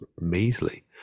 measly